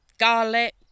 Garlic